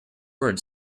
word